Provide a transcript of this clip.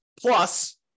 plus